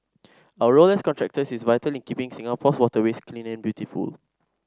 our role as contractors is vital in keeping Singapore's waterways clean and beautiful